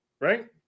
right